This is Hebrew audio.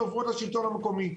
עוברות לשלטון המקומי.